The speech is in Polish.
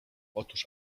otóż